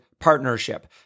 partnership